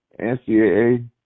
NCAA